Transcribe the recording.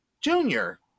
Junior